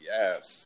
Yes